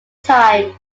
time